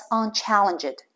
unchallenged